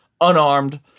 unarmed